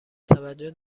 توجه